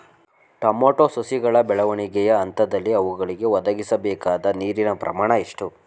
Tomato ಸಸಿಗಳ ಬೆಳವಣಿಗೆಯ ಹಂತದಲ್ಲಿ ಅವುಗಳಿಗೆ ಒದಗಿಸಲುಬೇಕಾದ ನೀರಿನ ಪ್ರಮಾಣ ಎಷ್ಟು?